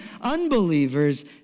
unbelievers